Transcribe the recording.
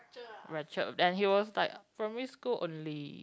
fractured then he was like primary school only